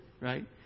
right